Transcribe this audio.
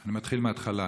אני מתחיל מהתחלה.